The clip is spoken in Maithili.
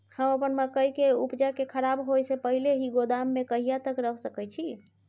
हम अपन मकई के उपजा के खराब होय से पहिले ही गोदाम में कहिया तक रख सके छी?